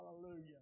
Hallelujah